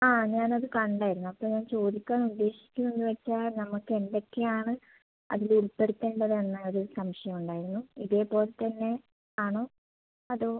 ആ ഞാൻ അത് കണ്ടായിരുന്നു അപ്പോൾ ഞാൻ ചോദിക്കാൻ വേണ്ടി ഉദ്ദേശിക്കുന്നതെന്ന് വെച്ചാൽ നമുക്ക് എന്തൊക്കെ ആണ് അതില് ഉൾപ്പെടുത്തേണ്ടത് എന്ന ഒരു സംശയം ഉണ്ടായിരുന്നു ഇതേ പോലത്തന്നെ ആണോ അതോ